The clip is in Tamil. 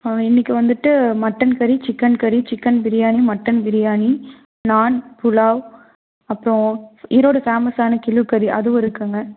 இன்றைக்கு வந்துட்டு மட்டன் கறி சிக்கன் கறி சிக்கன் பிரியாணி மட்டன் பிரியாணி நாண் புலாவ் அப்புறம் ஈரோடு ஃபேமஸான கிள்ளு கறி அதுவும் இருக்குதுங்க